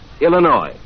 Illinois